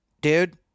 dude